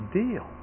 deal